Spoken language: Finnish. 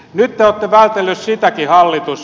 nyt te olette vältelleet sitäkin hallitus